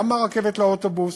גם ברכבת לאוטובוס,